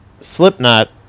Slipknot